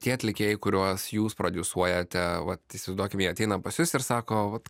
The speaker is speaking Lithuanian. tie atlikėjai kuriuos jūs prodiusuojate vat įsivaizduokim jie ateina pas jus ir sako vat